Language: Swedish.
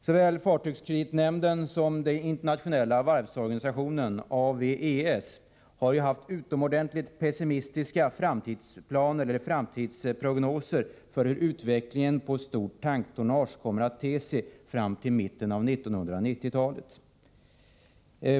Såväl fartygskreditnämnden som den internationella varvsorganisationen, AWES, har gjort utomordentligt pessimistiska framtidsprognoser för hur utvecklingen för stort tanktonnage kommer att te sig fram till mitten av 1990-talet.